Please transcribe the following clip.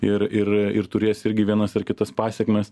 ir ir turės irgi vienas ar kitas pasekmes